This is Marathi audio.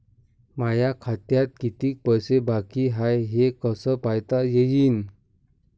माया खात्यात कितीक पैसे बाकी हाय हे कस पायता येईन?